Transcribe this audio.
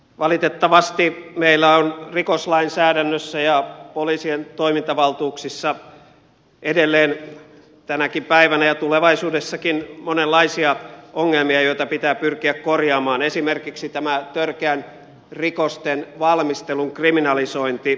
valitettavasti meillä on rikoslainsäädännössä ja poliisien toimintavaltuuksissa edelleen tänäkin päivänä ja tulevaisuudessakin monenlaisia ongelmia joita pitää pyrkiä korjaamaan esimerkiksi tämä törkeiden rikosten valmistelun kriminalisointi